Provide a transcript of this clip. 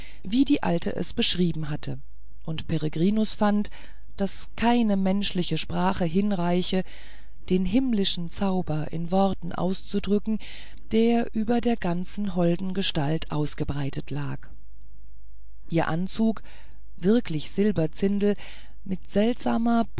wie die alte es beschrieben hatte und peregrinus fand daß keine menschliche sprache hinreiche den himmlischen zauber in worten auszudrücken der über der ganzen holden gestalt ausgebreitet lag ihr anzug wirklich silberzindel mit seltsamer